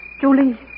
Julie